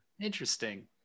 Interesting